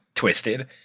Twisted